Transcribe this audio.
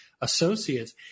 associates